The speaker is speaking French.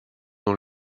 dans